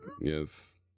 Yes